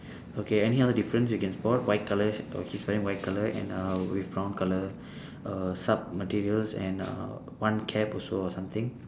okay any other difference you can spot white colour he's wearing white colour and uh with brown colour err sub materials and uh one cap also or something